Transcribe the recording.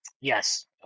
yes